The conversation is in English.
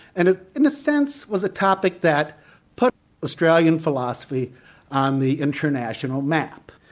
and it in a sense was a topic that put australian philosophy on the international map.